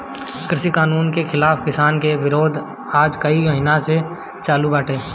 कृषि कानून के खिलाफ़ किसान के विरोध आज कई महिना से चालू बाटे